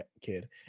kid